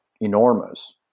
enormous